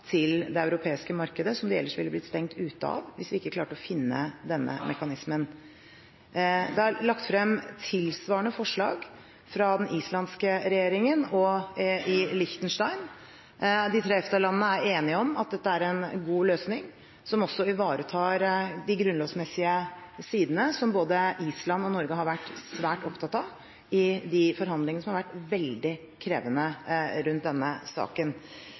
til det europeiske markedet, som de ville blitt stengt ute fra hvis vi ikke klarte å finne denne mekanismen. Det er lagt frem tilsvarende forslag fra den islandske regjeringen og i Liechtenstein. De tre EFTA-landene er enige om at dette er en god løsning som også ivaretar de grunnlovsmessige sidene, som både Island og Norge har vært svært opptatt av i forhandlingene, som har vært veldig krevende rundt denne saken.